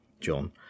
John